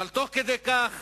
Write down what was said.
תוך כדי כך